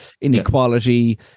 inequality